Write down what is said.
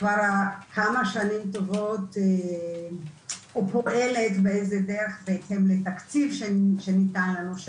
כבר כמה שנים טובות פועלת באיזו דרך בעצם לתקציב שניתן לנו,